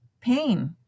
pain